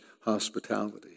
hospitality